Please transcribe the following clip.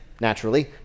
naturally